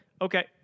Okay